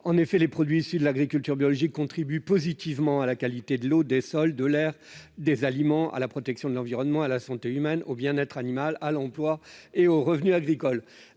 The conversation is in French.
En effet, les produits issus de l'agriculture biologique contribuent positivement à la qualité de l'eau, des sols, de l'air et des aliments, à la protection de l'environnement, à la santé, au bien-être animal, à l'emploi et au revenu agricole.